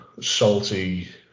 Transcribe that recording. salty